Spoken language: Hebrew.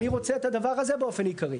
אני רוצה את הדבר הזה באופן עיקרי.